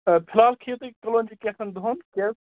آ فِلحال کھیٚیِو تُہۍ کَلونٛجی کیٚنٛژھَن دۅہَن